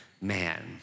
man